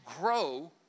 grow